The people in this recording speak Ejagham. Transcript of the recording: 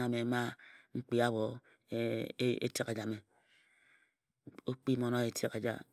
ame mma n kpia abho etek ejame. ob kpii mmon owa etek eja.